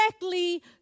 directly